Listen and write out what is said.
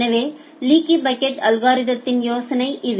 எனவே leaky bucket அல்கோரிததின் யோசனை இது